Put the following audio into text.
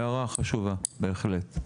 הערה חשובה, בהחלט.